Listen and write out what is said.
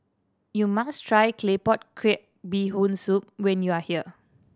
you must try Claypot Crab Bee Hoon Soup when you are here